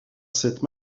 cette